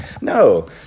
No